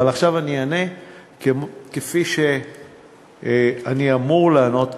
אבל עכשיו אענה כפי שאני אמור לענות.